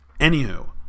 Anywho